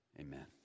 Amen